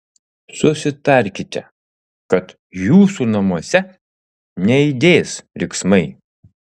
susitarkite kad jūsų namuose neaidės riksmai